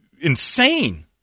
insane